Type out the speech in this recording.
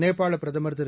நேபாளப் பிரதமர் திரு